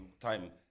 time